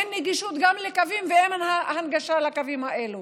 גם אין נגישות לקווים ואין הנגשה לקווים האלה.